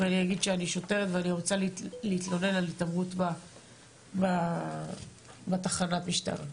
אם אני אגיד שאני שוטרת ואני רוצה להתלונן על התעמרות בתחנת המשטרה.